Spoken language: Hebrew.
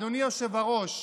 אדוני היושב-ראש,